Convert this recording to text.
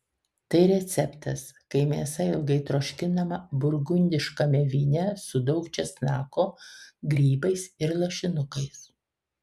tai receptas kai mėsa ilgai troškinama burgundiškame vyne su daug česnako grybais ir lašinukais